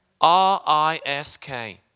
R-I-S-K